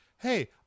Hey